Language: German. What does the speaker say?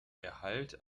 erhalt